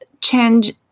change